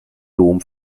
dom